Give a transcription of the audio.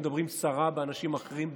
מדברים סרה באנשים אחרים,